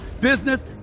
business